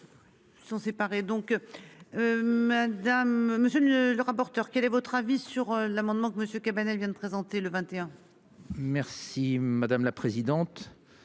Ils sont séparés donc. Madame, monsieur, ne le rapporteur. Quel est votre avis sur l'amendement que monsieur Cabanel, vient de présenter le 21. Merci madame la présidente.